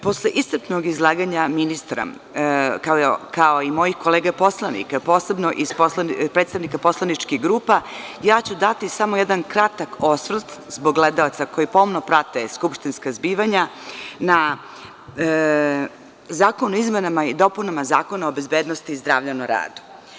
Posle iscrpnog izlaganja ministra, kao i mojih kolega poslanika, posebno od predstavnika poslaničkih grupa, ja ću dati samo jedan kratak osvrt zbog gledalaca, koji pomno prate skupštinska zbivanja, na zakon o izmenama i dopunama Zakona o bezbednosti zdravlja na radu.